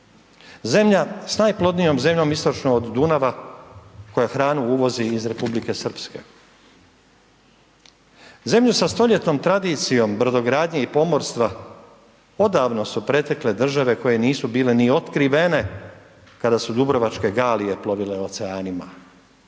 Zemlja sa najplodnijom zemljom istočno od Dunava koja hranu uvozi iz Republike Srpske. Zemlju sa stoljetnom tradicijom brodogradnje i pomorstva odavno su pretekle države koje nisu bile ni otkrivene kada su dubrovačke galije plovile oceanima.